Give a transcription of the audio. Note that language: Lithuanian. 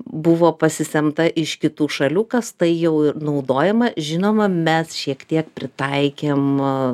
buvo pasisemta iš kitų šalių kas tai jau naudojama žinoma mes šiek tiek pritaikėm